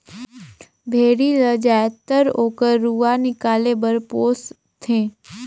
भेड़ी ल जायदतर ओकर रूआ निकाले बर पोस थें